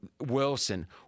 Wilson